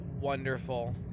wonderful